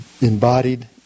embodied